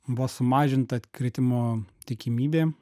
buvo sumažinta atkritimo tikimybė